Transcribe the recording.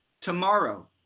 tomorrow